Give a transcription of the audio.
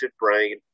brain